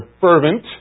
fervent